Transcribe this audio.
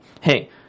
hey –